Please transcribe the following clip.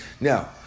Now